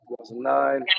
2009